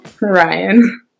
Ryan